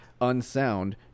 unsound